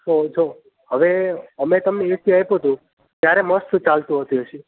જો જો હવે અમે તમને એસી આપ્યું હતું ત્યારે મસ્ત ચાલતું હતું એસી